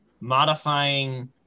modifying